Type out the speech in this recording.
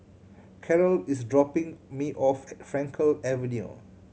Carol is dropping me off at Frankel Avenue